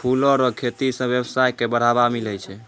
फूलो रो खेती से वेवसाय के बढ़ाबा मिलै छै